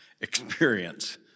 experience